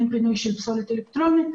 אין פינוי של פסולת אלקטרונית.